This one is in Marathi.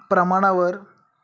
प्रमाणावर